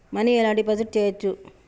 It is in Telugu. మనీ ఎలా డిపాజిట్ చేయచ్చు?